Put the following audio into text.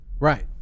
Right